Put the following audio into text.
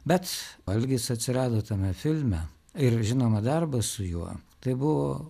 bet algis atsirado tame filme ir žinoma darbas su juo tai buvo